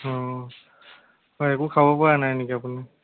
অ হয় একো খাব পৰা নাই নেকি আপুনি